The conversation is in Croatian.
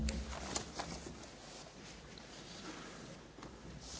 Hvala.